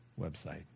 website